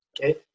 Okay